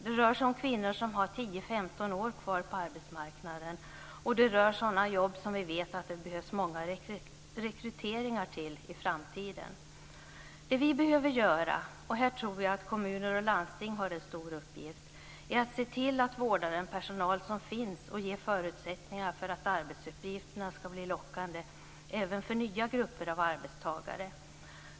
Det rör sig om kvinnor som har 10-15 år kvar på arbetsmarknaden, och det rör sådana jobb som vi vet att det behövs många rekryteringar till i framtiden. Det vi behöver göra - i det här avseendet tror jag att kommuner och landsting har en stor uppgift - är att se till att vårda den personal som finns och ge förutsättningar för att arbetsuppgifterna ska bli lockande även för nya grupper av arbetstagare.